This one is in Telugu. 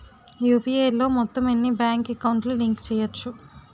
యు.పి.ఐ లో మొత్తం ఎన్ని బ్యాంక్ అకౌంట్ లు లింక్ చేయచ్చు?